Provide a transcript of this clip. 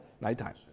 nighttime